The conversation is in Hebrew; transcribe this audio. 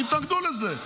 תתנגדו לזה.